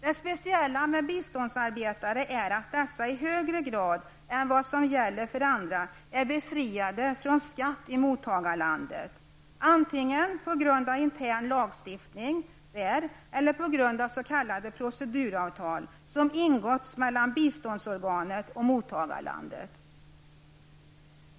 Det speciella med biståndsarbetare är att dessa i högre grad än vad som gäller för andra är befriade från skatt i mottagarlandet, antingen på grund av intern lagstiftning där eller på grund av s.k. proceduravtal som ingåtts mellan biståndsorganet och mottagarlandet.